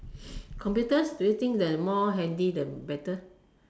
computer do you think the more handy the better